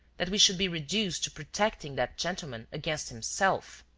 that we should be reduced to protecting that gentleman against himself.